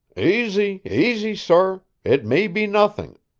aisy, aisy, sor. it may be nothing.